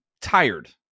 tired